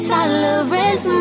Tolerance